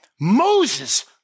Moses